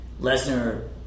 Lesnar